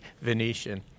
Venetian